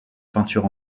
peinture